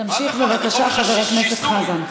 תמשיך בבקשה, חבר הכנסת חזן.